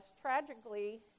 Tragically